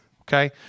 Okay